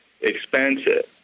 expensive